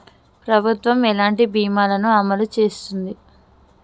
ప్రభుత్వం ఎలాంటి బీమా ల ను అమలు చేస్తుంది?